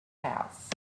house